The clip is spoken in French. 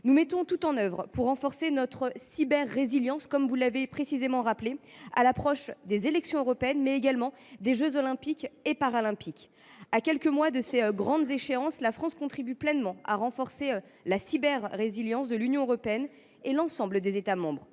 Nous mettons tout en œuvre pour renforcer notre cyber résilience, comme vous l’avez rappelé, à l’approche des élections européennes, mais également des jeux Olympiques et Paralympiques. À quelques mois de ces grandes échéances, la France contribue pleinement à renforcer la cyber résilience de l’Union européenne et de l’ensemble des États membres.